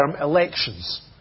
elections